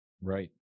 Right